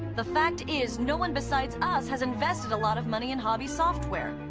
the fact is, no one besides us has invested a lot of money in hobby software.